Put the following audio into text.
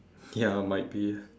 ya might be